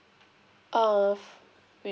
err